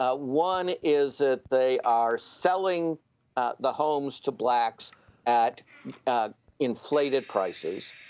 ah one, is that they are selling the homes to blacks at inflated prices.